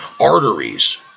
arteries